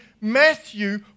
Matthew